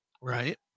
right